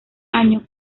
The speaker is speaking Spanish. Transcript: año